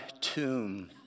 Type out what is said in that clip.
tomb